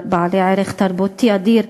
בעלי ערך תרבותי אדיר.